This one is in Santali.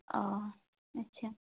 ᱚ ᱟᱪᱪᱷᱟ